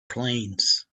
planes